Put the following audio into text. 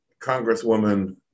congresswoman